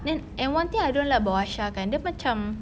and and one thing I don't like about aisha kan dia macam